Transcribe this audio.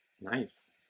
Nice